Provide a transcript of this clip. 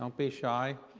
um be shy.